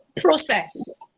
process